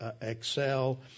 excel